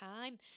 time